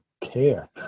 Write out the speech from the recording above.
care